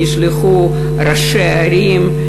נשלחו ראשי ערים,